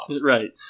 Right